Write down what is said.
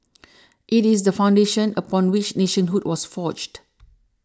it is the foundation upon which nationhood was forged